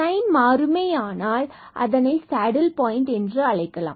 sign மாறுமேயானால் அதனை saddle point என்று அழைக்கலாம்